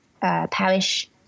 parish